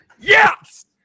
Yes